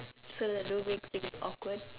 so that don't make things awkward